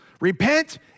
Repent